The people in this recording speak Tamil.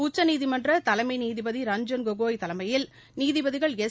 உச்சநீதிமன்ற தலைமை நீதிபதி ரஞ்சன் கோகோய் தலைமையில் நீதிபதிகள் எஸ்